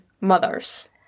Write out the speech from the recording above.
mothers